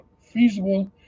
feasible